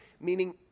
meaning